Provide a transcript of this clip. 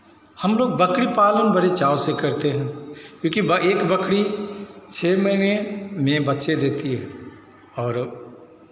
हम लोग बकरी पालन बड़े चाव से करते हैं क्योंकि ब एक बकरी छः महीने में बच्चे देती है और